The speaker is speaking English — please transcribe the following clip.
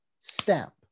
stamp